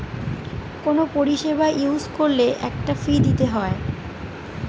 কোনো পরিষেবা ইউজ করলে একটা ফী দিতে হয়